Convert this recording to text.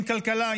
עם כלכלה,